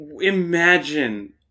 imagine